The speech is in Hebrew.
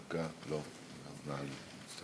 אדוני.